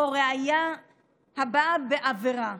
או "ראיה הבאה בעבירה".